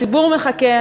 הציבור מחכה,